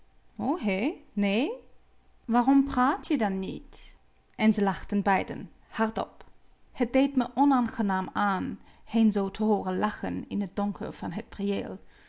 nee waarom praat je dan niet en ze lachten beiden hardop het deed me onaangenaam aan hen zoo te hooren lachen in het donker van het